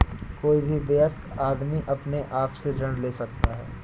कोई भी वयस्क आदमी अपने आप से ऋण ले सकता है